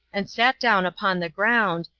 and sat down upon the ground,